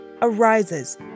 arises